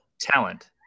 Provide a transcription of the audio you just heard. talent